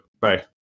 Bye